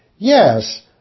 Yes